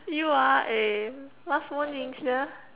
you ah eh last warning sia